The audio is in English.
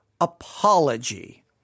apology